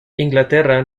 inglaterra